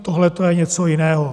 Tohle je něco jiného.